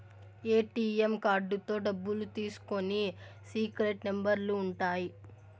ATM కార్డుతో డబ్బులు తీసుకునికి సీక్రెట్ నెంబర్లు ఉంటాయి